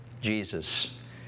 Jesus